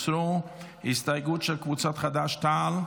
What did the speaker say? ההסתייגות של קבוצת חד"ש-תע"ל?